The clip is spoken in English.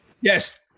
Yes